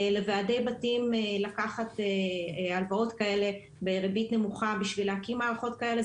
לוועדי בתים לקחת הלוואות כאלה בריבית נמוכה בשביל להקים מערכות האלה,